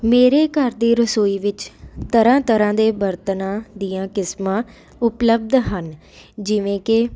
ਮੇਰੇ ਘਰ ਦੀ ਰਸੋਈ ਵਿੱਚ ਤਰ੍ਹਾਂ ਤਰ੍ਹਾਂ ਦੇ ਬਰਤਨਾਂ ਦੀਆਂ ਕਿਸਮਾਂ ਉਪਲਬਧ ਹਨ ਜਿਵੇਂ ਕਿ